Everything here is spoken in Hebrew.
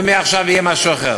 ומעכשיו יהיה משהו אחר.